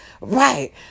Right